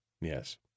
Yes